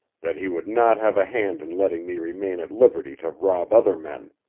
that he would not have a hand in letting me remain at liberty to rob other men.